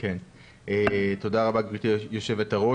תודה רבה, גברתי היושבת-ראש.